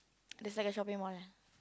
there's like a shopping mall eh